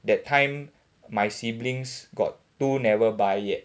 that time my siblings got two never buy yet